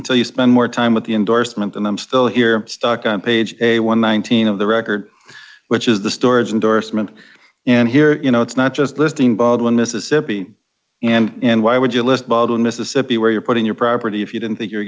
until you spend more time with the endorsement and i'm still here stuck on page a one thousand of the record which is the store's indorsement and here you know it's not just listing bad one mississippi and why would you list baldwin mississippi where you're putting your property if you didn't think you're